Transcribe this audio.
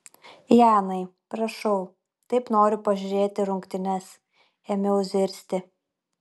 janai prašau taip noriu pažiūrėti rungtynes ėmiau zirzti